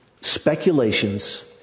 speculations